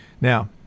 Now